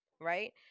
Right